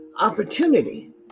opportunity